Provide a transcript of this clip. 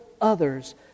others